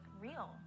real